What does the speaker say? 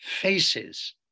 faces